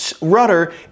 rudder